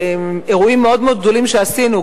באירועים מאוד מאוד גדולים שעשינו,